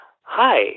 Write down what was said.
hi